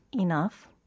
enough